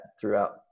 throughout